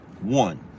One